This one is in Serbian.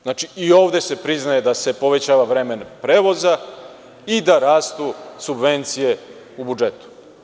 Znači, i ovde se priznaje da se povećava vreme prevoza i da rastu subvencije u budžetu.